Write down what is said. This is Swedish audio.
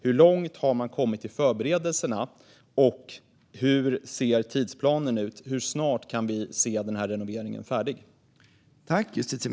Hur långt har man kommit i förberedelserna, justitieministern, och hur ser tidsplanen ut? Hur snart kan vi se renoveringen färdig?